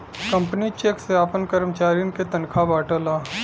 company cheque से आपन करमचारियन के तनखा बांटला